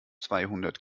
zweihundert